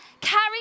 carry